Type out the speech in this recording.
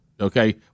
okay